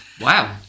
wow